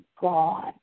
God